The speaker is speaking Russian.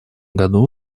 году